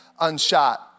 unshot